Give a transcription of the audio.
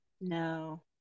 No